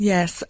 Yes